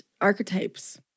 archetypes